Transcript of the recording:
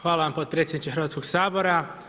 Hvala vam potpredsjedniče Hrvatskog sabora.